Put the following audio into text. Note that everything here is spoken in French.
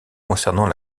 concernant